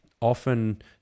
often